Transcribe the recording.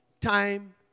time